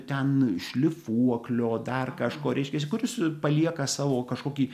ten šlifuoklio dar kažko reiškia kuris palieka savo kažkokį